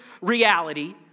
reality